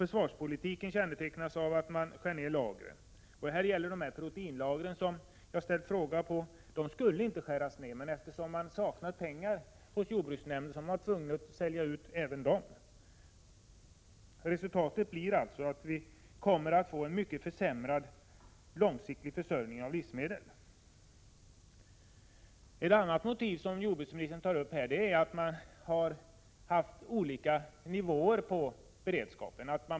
Försvarspolitiken kännetecknas av att man minskar lagren. Jag tog i min fråga upp proteinfoderlagren. De skulle inte skäras ned. Men eftersom jordbruksnämnden saknade pengar var man tvungen att sälja ut även de lagren. Resultatet blir att vi kommer att få en försämrad långsiktig försörjning med livsmedel. Ett annat motiv som jordbruksministern tar upp är att man har haft olika nivåer på beredskapen.